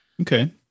Okay